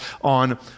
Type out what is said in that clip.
on